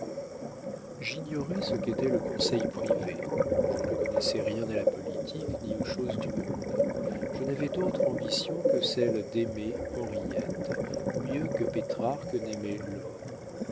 j'ignorais ce qu'était le conseil privé je ne connaissais rien à la politique ni aux choses du monde je n'avais d'autre ambition que celle d'aimer henriette mieux que pétrarque n'aimait laure